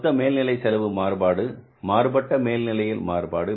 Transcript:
மொத்த மேல்நிலை செலவு மாறுபாடு மாறுபட்ட மேல்நிலை மாறுபாடு